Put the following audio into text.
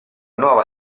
nuova